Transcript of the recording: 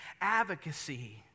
advocacy